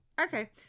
Okay